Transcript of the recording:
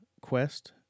Quest